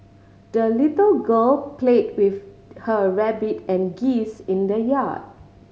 the little girl played with her rabbit and geese in the yard